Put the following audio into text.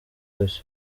yose